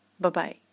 Bye-bye